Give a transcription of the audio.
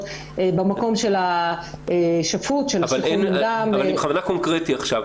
במקום של השפוט --- אבל אני בכוונה קונקרטי עכשיו.